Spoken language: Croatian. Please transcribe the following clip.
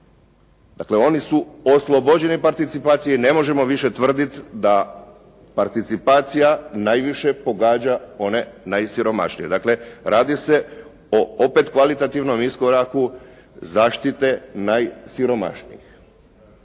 Dakle, oni su oslobođeni participacije i ne možemo više tvrditi da participacija najviše pogađa one najsiromašnije. Dakle, radi se o opet kvalitativnom iskoraku zaštite najsiromašnijih.